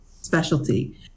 specialty